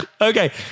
Okay